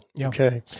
Okay